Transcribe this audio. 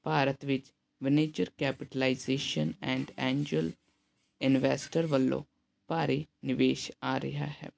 ਭਾਰਤ ਵਿੱਚ manager capitalization and angel investor ਵੱਲੋਂ ਭਾਰੀ ਨਿਵੇਸ਼ ਆ ਰਿਹਾ ਹੈ